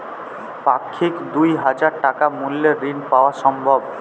পাক্ষিক দুই হাজার টাকা মূল্যের ঋণ পাওয়া সম্ভব?